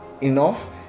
enough